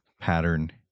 pattern